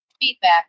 feedback